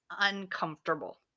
uncomfortable